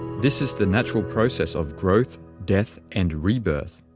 this is the natural process of growth, death, and rebirth.